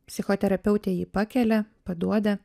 psichoterapeutė jį pakelia paduoda